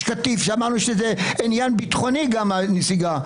קטיף שאמרנו שזה עניין ביטחוני הנסיגה,